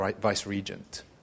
vice-regent